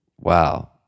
Wow